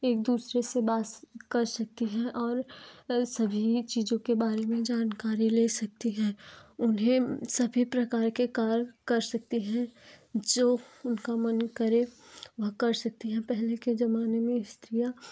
एक दूसरे से बात कर सकती हैं और सभी चीजों के बारे में जानकारी ले सकती हैं वे सभी प्रकार के कार्य कर सकती हैं जो उनका मन करे वह कर सकती हैं पहले के जमाने में स्त्रियाँ